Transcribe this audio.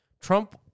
Trump